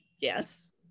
Yes